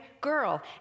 girl